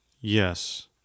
Yes